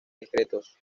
discretos